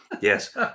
Yes